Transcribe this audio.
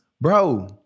Bro